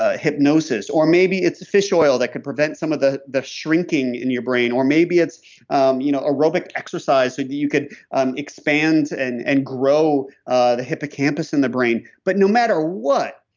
ah hypnosis. or maybe it's fish oil that could prevent some of the the shrinking in your brain. or maybe it's um you know aerobic exercise so that you could um expand and and grow ah the hippocampus in the brain. but no matter what,